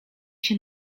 się